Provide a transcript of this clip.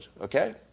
Okay